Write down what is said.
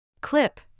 Clip